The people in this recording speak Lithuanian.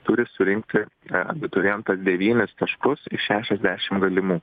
turi surinkti abiturientas devynis taškus iš šešiasdešim galimų